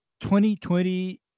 2020